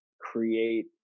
create